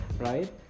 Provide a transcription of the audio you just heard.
right